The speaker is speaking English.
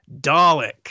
Dalek